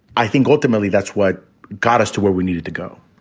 i think ultimately that's what got us to where we needed to go